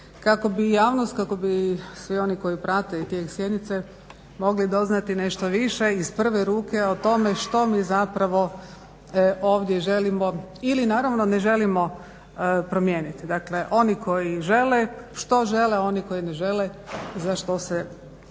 kako bi javnost kako bi svi oni koji prate i tijek sjednice mogli doznati nešto više iz prve ruke o tome što mi zapravo ovdje želimo ili naravno ne želimo promijeniti. Dakle oni koji žele, što žele, oni koji ne žele za što se zauzimaju.